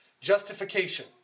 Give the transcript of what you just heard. Justification